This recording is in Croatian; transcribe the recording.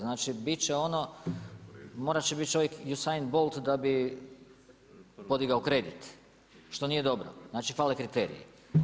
Znači bit će ono, morat će biti čovjek Usain Bolt da bi podigao kredit što nije dobro, znači pale kriterije.